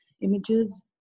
images